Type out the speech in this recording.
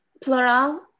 plural